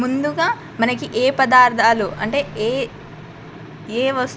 ముందుగా మనకి ఏ పదార్థాలు అంటే ఏ ఏ వస్తు